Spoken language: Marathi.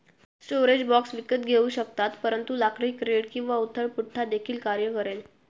स्टोरेज बॉक्स विकत घेऊ शकतात परंतु लाकडी क्रेट किंवा उथळ पुठ्ठा देखील कार्य करेल